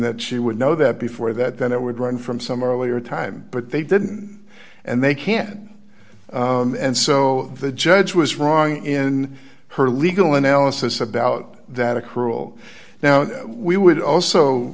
that she would know that before that then it would run from some earlier time but they didn't and they can't and so the judge was wrong in her legal analysis about that accrual now we would also